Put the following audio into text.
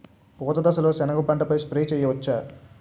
పూత దశలో సెనగ పంటపై స్ప్రే చేయచ్చా?